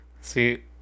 see